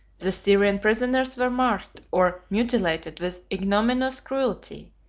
the syrian prisoners were marked or mutilated with ignominious cruelty,